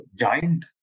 giant